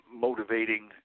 motivating